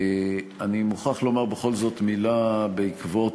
אני מוכרח לומר בכל זאת מילה בעקבות